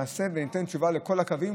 נעשה וניתן תשובה לכל הקווים,